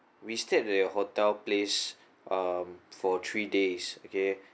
we stayed at your hotel place um for three days okay